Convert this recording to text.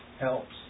helps